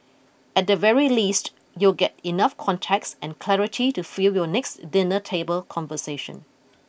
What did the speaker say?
at the very least you'll get enough context and clarity to fuel your next dinner table conversation